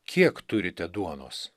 kiek turite duonos